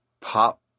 pop